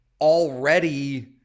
already